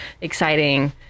exciting